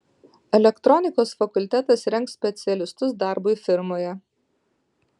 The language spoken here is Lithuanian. elektronikos fakultetas rengs specialistus darbui firmoje